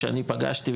שאני פגשתי,